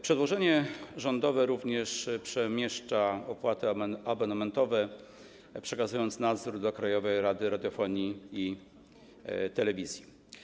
Przedłożenie rządowe również przemieszcza opłaty abonamentowe, przekazując nadzór do Krajowej Rady Radiofonii i Telewizji.